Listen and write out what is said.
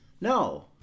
No